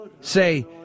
Say